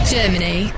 Germany